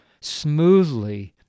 smoothly